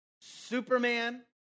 Superman